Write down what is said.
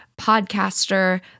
podcaster